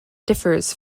differs